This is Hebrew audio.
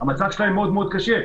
המצב שלהם מאוד מאוד קשה.